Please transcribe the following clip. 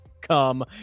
come